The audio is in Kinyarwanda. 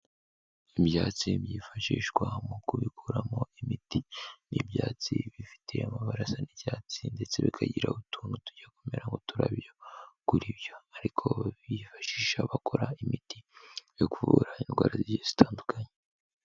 Ibyatsi byifashishwa mu kubikoramo imiti. Ni ibyatsi bifite amabara asa n'icyatsi ndetse bikagira utuntu tujya kumera nk'uturabyo kuri byo ariko bifashisha bakora imiti yo kuvura indwara zitandukanye.